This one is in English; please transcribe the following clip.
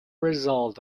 result